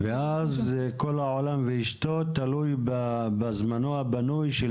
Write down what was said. ואז כל העולם ואשתו תלוי בזמנו הפנוי של